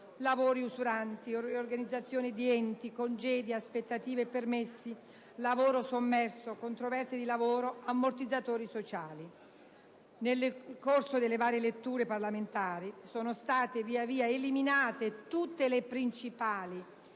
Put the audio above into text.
lavori usuranti, riorganizzazione di enti, congedi aspettative e permessi, lavoro sommerso, controversie di lavoro, ammortizzatori sociali. Nel corso delle varie letture parlamentari sono state via via eliminate tutte le principali